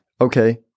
Okay